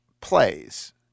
plays –